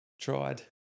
tried